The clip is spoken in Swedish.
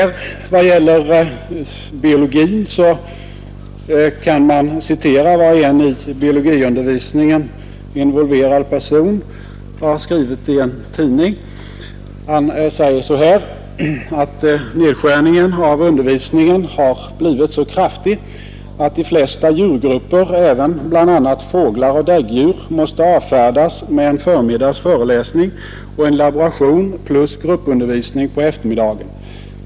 I vad gäller biologin kan ett citat av vad en i biologiundervisningen involverad person har skrivit i en tidning ge en blixtbelysning av problematiken. Han säger så här: ”Nedskärningen av undervisningen har nämligen blivit så kraftig att de flesta djurgrupper, även bl.a. fåglar och däggdjur, måste avfärdas med en förmiddags föreläsning och en laboration plus gruppundervisning på eftermiddagen.